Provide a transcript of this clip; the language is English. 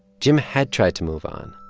jim had tried to move on,